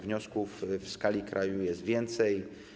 Wniosków w skali kraju jest więcej.